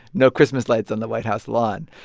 no christmas lights on the white house lawn.